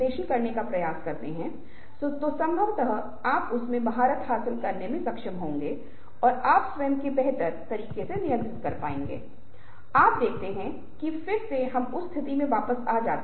और यह जागरूकता बहुत महत्वपूर्ण है क्योंकि यह समझने की संवेदनशीलता कि बातचीत बहुत अलग होगी हमारे बोलने के तरीके बहुत अलग होंगे विभिन्न प्रकार के लोगों के लिए बहुत ही प्रासंगिक है मेरा मतलब है कि स्थिति जहां नरम कौशल बहुत महत्वपूर्ण हैं